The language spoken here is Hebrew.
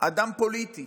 אדם פוליטי